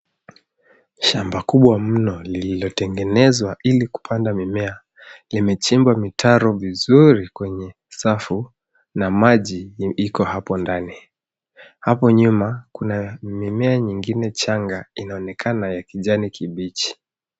Shamba kubwa mno lililotengenezwa ili kupanda mimea. Limechimba mitaro vizuri kwenye safu na maji ipo hapo ndani. Hapo nyuma, kuna mimea nyingine changa inaonekana ya kijani kibichi.